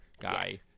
guy